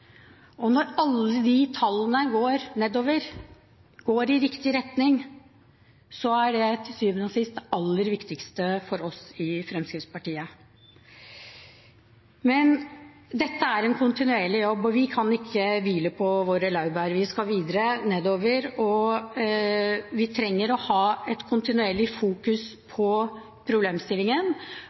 fristbrudd. Når alle de tallene går nedover, går i riktig retning, er dette til syvende og sist det aller viktigste for oss i Fremskrittspartiet. Men dette er en kontinuerlig jobb, og vi kan ikke hvile på våre laurbær. Vi skal videre nedover, og vi trenger et kontinuerlig fokus på problemstillingen.